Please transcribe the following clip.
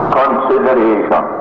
consideration